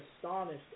astonished